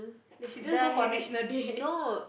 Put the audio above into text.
they shouldn't go for National Day